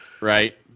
Right